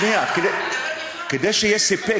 דודי, אל תשתלט, שנייה, תראה, כדי שיהיה סיפק,